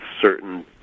certain